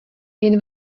jen